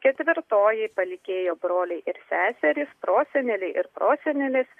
ketvirtoji palikėjo broliai ir seserys proseneliai ir prosenelės